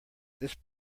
this